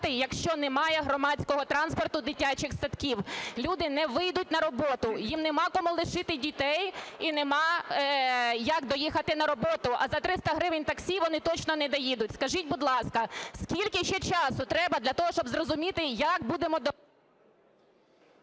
якщо немає громадського транспорту, дитячих садків. Люди не вийдуть на роботу, їм нема кому лишити дітей і нема як доїхати на роботу, а за 300 гривень таксі вони точно не доїдуть. Скажіть, будь ласка, скільки ще часу треба для того, щоб зрозуміти, як будемо…